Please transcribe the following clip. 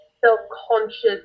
self-conscious